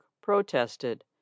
protested